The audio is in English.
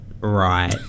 right